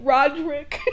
Roderick